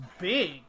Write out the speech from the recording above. big